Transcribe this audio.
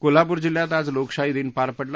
कोल्हापूर जिल्ह्यात आज लोकशाही दिन पार पडला